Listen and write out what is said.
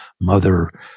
Mother